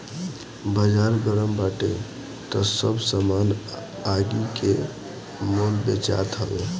बाजार गरम बाटे तअ सब सामान आगि के मोल बेचात हवे